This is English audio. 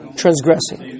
transgressing